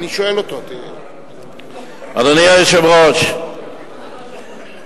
אדוני היושב-ראש,